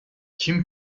kim